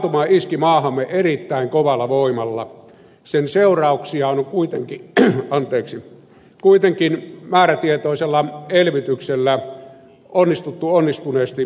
taantuma iski maahamme erittäin kovalla voimalla sen seurauksia on kuitenkin määrätietoisella elvytyksellä onnistuttu onnistuneesti lievittämään